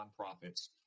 nonprofits